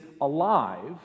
alive